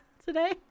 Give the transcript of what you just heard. today